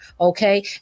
Okay